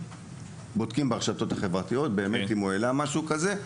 בודקים ברשתות החברתיות שבאמת הוא העלה משהו כזה.